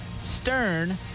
stern